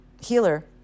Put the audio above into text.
healer